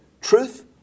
truth